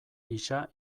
gisa